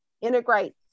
integrate